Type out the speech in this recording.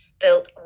built